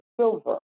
silver